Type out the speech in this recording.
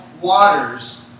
waters